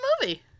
movie